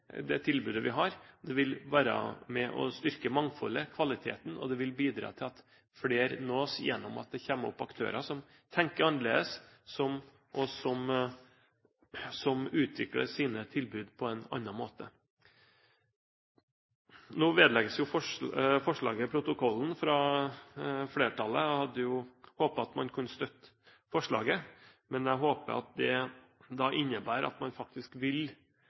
det tilbudet vi har. Det ville være med og styrke mangfoldet, kvaliteten, og det ville bidra til at flere nås gjennom at det kommer opp aktører som tenker annerledes, og som utvikler sine tilbud på en annen måte. Nå vedlegges jo forslaget protokollen, av flertallet. Jeg hadde jo håpet at man kunne støtte forslaget. Men jeg håper at det da innebærer at man faktisk vil